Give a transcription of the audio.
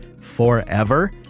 forever